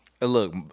Look